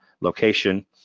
location